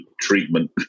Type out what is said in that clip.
treatment